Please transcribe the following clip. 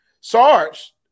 Sarge